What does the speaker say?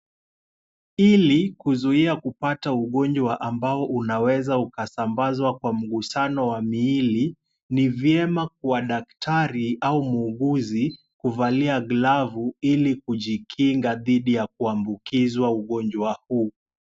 Ili kuzuia kupata ugonjwa ambao unaweza ukusambazwa kwa mgusano wa miili, ni vyema kwa daktari au muuguzi kuvalia glavu ili kujikinga dhidi ya kuambukizwa ugonjwa huu.